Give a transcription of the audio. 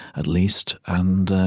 at least. and